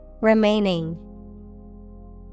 Remaining